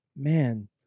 man